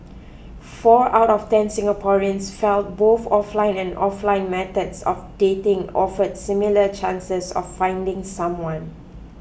four out of ten Singaporeans felt both offline and offline methods of dating offer similar chances of finding someone